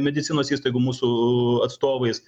medicinos įstaigų mūsų atstovais